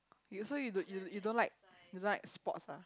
you so you don't you don't like you don't like sports ah